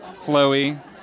flowy